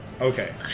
Okay